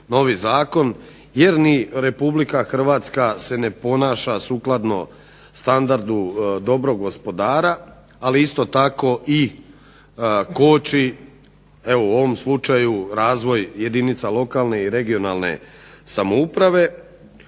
novi zakon jer ni RH se ne ponaša sukladno standardu dobrog gospodara ali isto tako koči evo u ovom slučaju razvoj jedinica lokalne i regionalne samouprave.